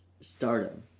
Stardom